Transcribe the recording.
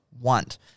want